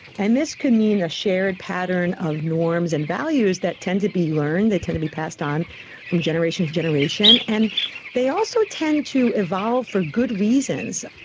and this could mean a shared pattern of norms and values that tend to be learned, they tend to be passed on from generation to generation, and they also tend to evolve for good reasons.